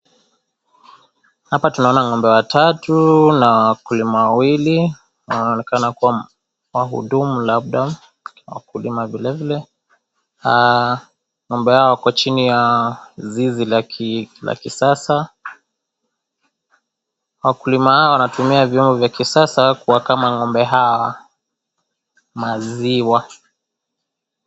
Hapa tunaona ng'ombe watatu na wakulima wawili wanaonekana kuwa wahudumu labda wa wakulima. Vilevile ng'ombe hawa wako chini ya zizi la kisasa. Wakulima hawa wanatumia vyombo vya kisasa kuwakama ng'ombe hawa maziwa.